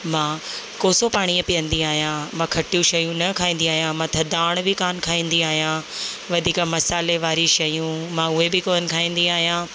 मां कोसो पाणी पीअंदी आहियां मां खटियूं शयूं न खाईंदी आहियां मां थधाणि बि कान खाईंदी आहियां वधीक मसाल्हे वारियूं शयूं मां उहे बि कान खाईंदी आहियां